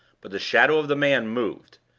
but the shadow of the man moved.